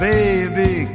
Baby